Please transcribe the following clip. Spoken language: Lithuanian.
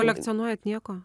kolekcionuojat nieko